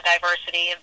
diversity